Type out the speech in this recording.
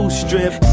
strip